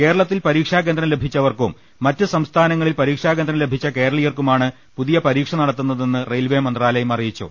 കേരളത്തിൽ പരീക്ഷാകേന്ദ്രം ലഭിച്ചവർക്കും മറ്റ് സംസ്ഥാനങ്ങളിൽ പരീക്ഷാകേന്ദ്രം ലഭിച്ച കേരളീയർക്കുമാണ് പുതിയ പരീക്ഷ നടത്തുന്നതെന്ന് റെയിൽവെ മന്ത്രാലയം അറിയിച്ചു